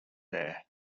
there